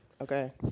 Okay